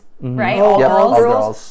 Right